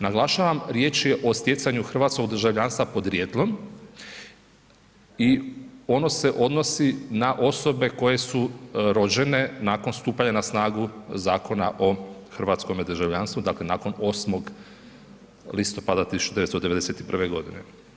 Naglašavam riječ je o stjecanju hrvatskog državljanstva podrijetlom i ono se odnosi na osobe koje su rođene nakon stupanja na snagu Zakona o hrvatskome državljanstvu, dakle nakon 8. listopada 1991. godine.